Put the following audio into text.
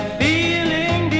feeling